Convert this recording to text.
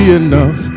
enough